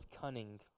cunning